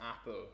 Apple